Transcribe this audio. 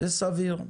זה סביר.